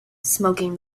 smoking